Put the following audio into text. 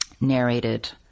narrated